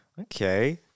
okay